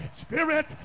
spirit